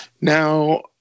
Now